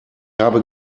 habe